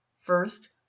First